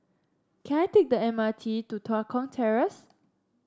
can I take the M R T to Tua Kong Terrace